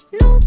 no